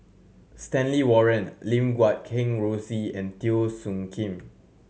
Stanley Warren Lim Guat Kheng Rosie and Teo Soon Kim